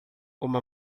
uma